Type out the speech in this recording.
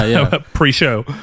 pre-show